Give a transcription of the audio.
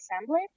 Assembly